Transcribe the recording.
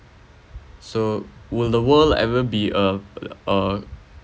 so will the world ever be a uh